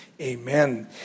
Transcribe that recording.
amen